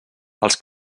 els